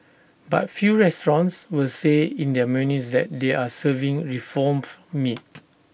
but few restaurants will say in their menus that they are serving reformed meat